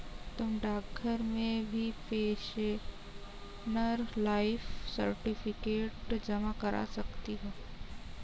तुम डाकघर में भी पेंशनर लाइफ सर्टिफिकेट जमा करा सकती हो